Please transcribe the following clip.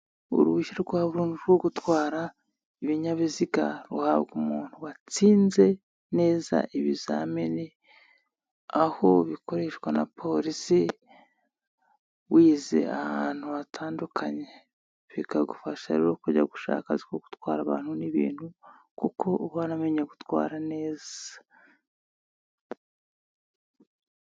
Uruhushya rwa burundu rwo gutwara ibinyabiziga ruhabwa umuntu watsinze neza ibizamini aho bikoreshwa na Polisi wize ahantu hatandukanye, bikagufasha rero kujya gushaka uruhushya rwo gutwara abantu n'ibintu kuko uba waramenye gutwara neza.